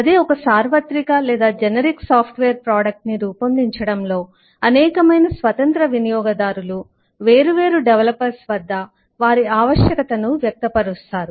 అదే ఒక సార్వత్రికజనరిక్ generic సాఫ్ట్ వేర్ ప్రోడక్ట్ ని రూపొందించడంలో అనేకమైన స్వతంత్ర వినియోగదారులు వేరు వేరు డెవలపర్ల వద్ద వారి ఆవశ్యకతను వ్యక్తపరుస్తారు